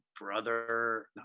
brother